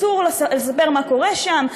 אסור לספר מה קורה שם.